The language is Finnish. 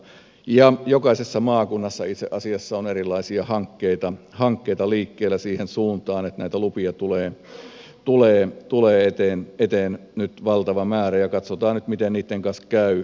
ja jokaisessa maakunnassa itse asiassa on erilaisia hankkeita liikkeellä siihen suuntaan niin että näitä lupia tulee eteen nyt valtava määrä ja katsotaan nyt miten niitten kanssa käy